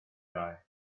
die